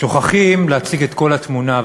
שוכחים להציג את כל התמונה,